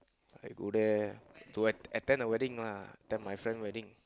I go there to attend a wedding lah attend my friend wedding